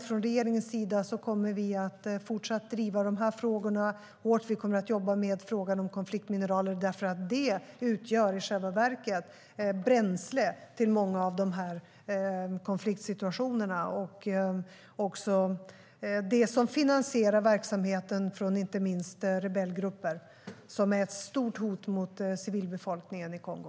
Från regeringens sida kommer vi att fortsatt driva de här frågorna. Vi kommer också att jobba med frågan om konfliktmineraler, för det utgör i själva verket bränsle till många av konfliktsituationerna och är det som finansierar verksamheten, inte minst för rebellgrupperna, som är ett stort hot mot civilbefolkningen i Kongo.